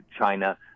China